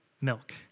milk